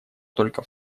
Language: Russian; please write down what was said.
только